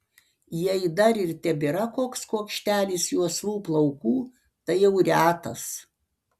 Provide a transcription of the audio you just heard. jei dar ir tebėra koks kuokštelis juosvų plaukų tai jau retas